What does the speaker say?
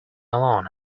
along